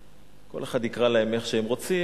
כל אחד יקרא להם איך שהוא רוצה,